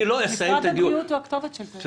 אני לא אסיים את הדיון --- משרד הבריאות הוא הכתובת של זה,